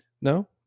no